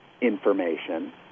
information